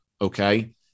okay